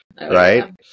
right